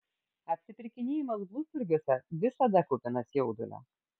apsipirkinėjimas blusturgiuose visada kupinas jaudulio